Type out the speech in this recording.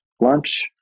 lunch